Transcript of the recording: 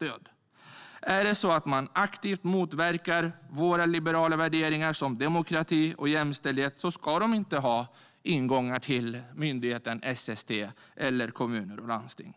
Ifall organisationer aktivt motverkar våra liberala värderingar, som demokrati och jämställdhet, ska de inte ha ingångar till myndigheten SST eller kommuner och landsting. I